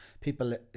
people